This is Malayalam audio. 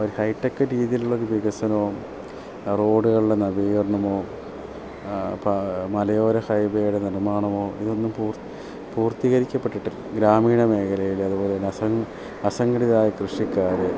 ഒരു ഹൈട്ടെക്ക് രീതീലുള്ള ഒരു വികസനമോ റോഡ്കൾടെ നവീകരണമോ മലയോര ഹൈ വേടെ നിർമ്മാണമോ ഇതൊന്നും പൂർത്തീകരിക്കപ്പെട്ടിട്ടില്ല ഗ്രാമീണ മേഘലയിൽ അതുപോലെ തന്നെ അസങ്കടിതരായ കൃഷിക്കാർ